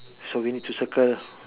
so we need to circle